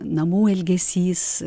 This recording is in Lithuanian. namų ilgesys